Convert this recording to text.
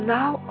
now